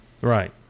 Right